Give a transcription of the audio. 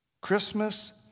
Christmas